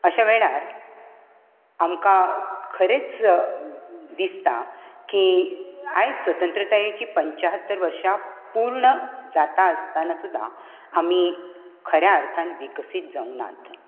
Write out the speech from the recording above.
अशा वेळार आमकां खरेंच दिसता की आयज स्वतंत्रतायेची पंचात्तर वर्सां पूर्ण जाता आसतना सुद्दां आमी खऱ्या अर्थान विकसीत जावंक नात